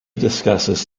discusses